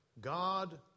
God